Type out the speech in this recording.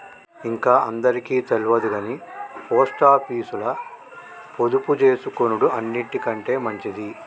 ఇంక అందరికి తెల్వదుగని పోస్టాపీసుల పొదుపుజేసుకునుడు అన్నిటికంటె మంచిది